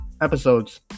episodes